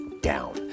down